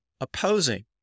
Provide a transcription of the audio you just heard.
opposing